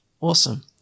Awesome